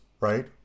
right